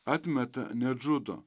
atmeta net žudo